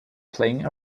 playing